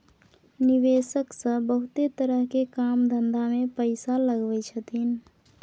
निवेशक सब बहुते तरह के काम धंधा में पैसा लगबै छथिन